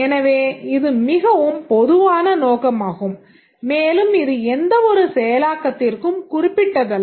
எனவே இது மிகவும் பொதுவான நோக்கமாகும் மேலும் இது எந்தவொரு செயலாக்கத்திற்கும் குறிப்பிட்டதல்ல